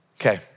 Okay